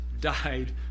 died